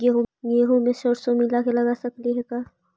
गेहूं मे सरसों मिला के लगा सकली हे का?